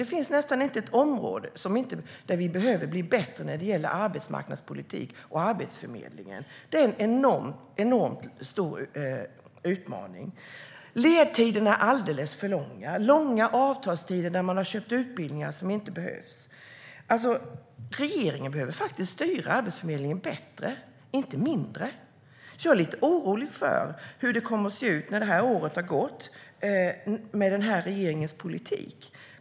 Det finns nästan inte ett område där vi inte behöver bli bättre när det gäller arbetsmarknadspolitik och Arbetsförmedlingen. Det är en enormt stor utmaning. Ledtiderna är alldeles för långa. Det är långa avtalstider när man har köpt utbildningar som inte behövs. Regeringen behöver styra Arbetsförmedlingen mer och bättre, och inte mindre. Jag är lite orolig för hur det kommer att se ut när året har gått med regeringens politik.